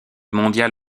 mondial